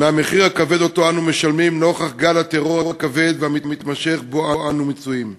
מהמחיר הכבד שאנו משלמים נוכח גל הטרור הכבד והמתמשך שבו אנו מצויים.